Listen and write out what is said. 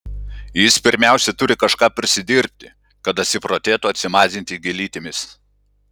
jis pirmiausia turi kažką prisidirbti kad dasiprotėtų atsimazinti gėlytėmis